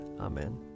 Amen